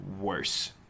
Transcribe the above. worse